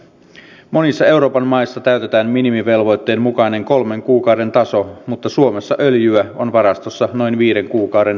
monissa euroopan maissa täytetään minimivelvoitteen mukainen kolmen kuukauden taso mutta suomessa öljyä on varastossa noin viiden kuukauden tarpeeseen